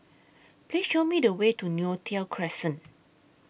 Please Show Me The Way to Neo Tiew Crescent